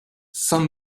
saint